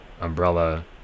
Umbrella